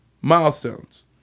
milestones